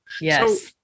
Yes